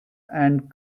and